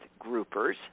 groupers